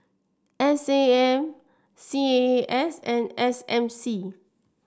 S A M C A A S and S M C